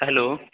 hello